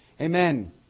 Amen